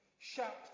Shout